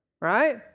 Right